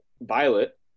Violet